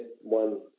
one